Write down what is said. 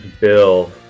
Bill